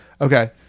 okay